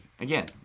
Again